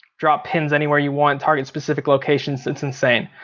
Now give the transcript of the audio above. drop pins anywhere you want, target specific locations, it's insane.